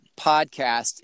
podcast